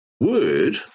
word